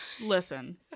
listen